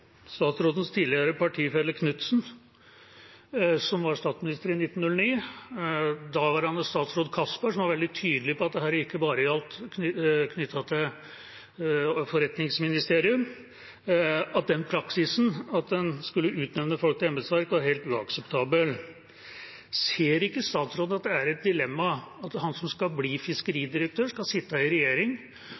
statsrådens tidligere partifelle Knudsen, som var statsminister i 1909, og daværende statsråd Castberg var veldig tydelige på at det ikke bare gjaldt knyttet til forretningsministerium at den praksisen når en skulle utnevne folk til embetsverk, var helt uakseptabel. Ser ikke statsråden at det er et dilemma at han som skal bli fiskeridirektør, skal sitte i regjering